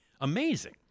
amazing